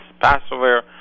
Passover